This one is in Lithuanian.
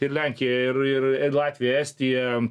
ir lenkija ir ir latvija estija